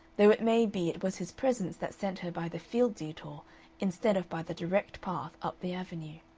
though it may be it was his presence that sent her by the field detour instead of by the direct path up the avenue.